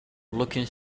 looking